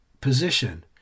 position